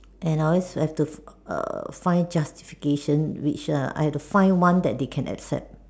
and I always have to err find justification which (err)I have to find one that they can accept